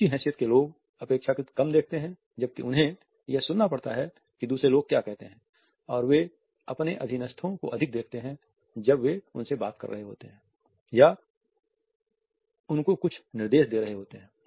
ऊँची हैसियत के लोग अपेक्षाकृत कम देखते हैं जबकि उन्हें यह सुनना पड़ता है कि दूसरे लोग क्या कहते हैं और वे अपने अधीनस्थों को अधिक देखते हैं जब वे उनसे बात कर रहे होते हैं या उनको कुछ निर्देश दे रहे होते हैं